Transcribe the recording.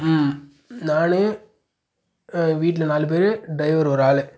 ம் நான் வீட்டில் நாலு பேரு ட்ரைவர் ஒரு ஆளு